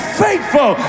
faithful